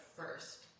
first